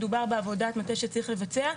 מדובר בעבודת מטה שצריך לבצע,